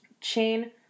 chain